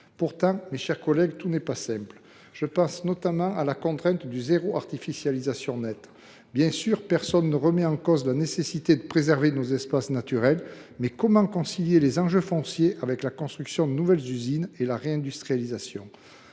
Pourtant, mes chers collègues, tout n’est pas simple. Je pense notamment à la contrainte que représente le zéro artificialisation nette. Bien sûr, personne ne remet en cause la nécessité de préserver nos espaces naturels,… Ah bon ?… mais comment concilier enjeux fonciers, construction de nouvelles usines et réindustrialisation ?